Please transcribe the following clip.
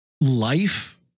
life